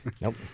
Nope